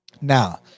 Now